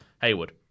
Haywood